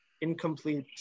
incomplete